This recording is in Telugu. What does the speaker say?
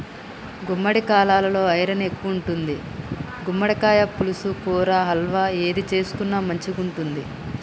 గుమ్మడికాలలో ఐరన్ ఎక్కువుంటది, గుమ్మడికాయ పులుసు, కూర, హల్వా ఏది చేసుకున్న మంచిగుంటది